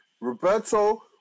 Roberto